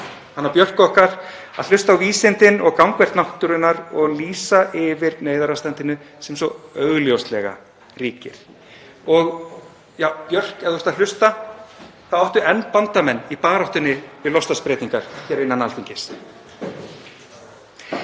Thunberg og Björk okkar, að hlusta á vísindin og gangverk náttúrunnar og lýsa yfir neyðarástandinu sem svo augljóslega ríkir. Ef þú, Björk, ert að hlusta þá átt þú enn bandamenn í baráttunni við loftslagsbreytingar hér innan Alþingis.